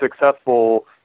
successful